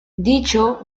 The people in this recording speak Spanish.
dicho